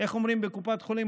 איך אומרים בקופת חולים?